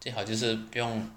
最好就是不用